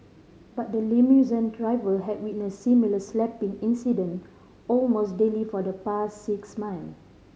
but the limousine driver had witness similar slapping incident almost daily for the past six months